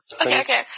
Okay